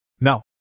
No